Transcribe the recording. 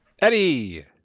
Eddie